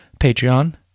Patreon